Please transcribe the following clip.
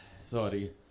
Sorry